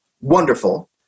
wonderful